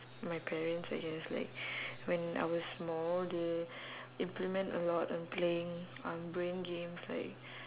my parents I guess like when I was small they implement a lot on playing um brain games like